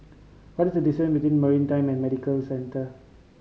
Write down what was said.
what is the distance to Maritime and Medical Centre